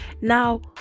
Now